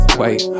wait